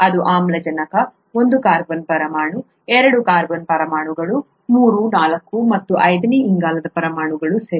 ಇದು ಆಮ್ಲಜನಕ ಒಂದು ಕಾರ್ಬನ್ ಪರಮಾಣು ಎರಡು ಕಾರ್ಬನ್ ಪರಮಾಣುಗಳು ಮೂರು ನಾಲ್ಕು ಮತ್ತು ಐದನೇ ಇಂಗಾಲದ ಪರಮಾಣುಗಳು ಸರಿ